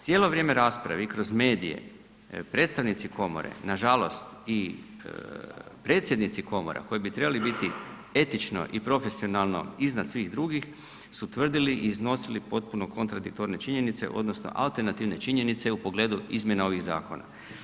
Cijelo vrijeme rasprave i kroz medije, predstavnici komore, nažalost i predsjednici komora koji bi trebali biti etično i profesionalno iznad svih drugih, su tvrdili i iznosili potpuno kontradiktorne činjenice odnosno alternativne činjenice u pogledu izmjena ovih zakona.